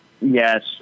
Yes